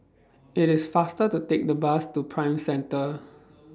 IT IS faster to Take The Bus to Prime Centre